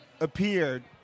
appeared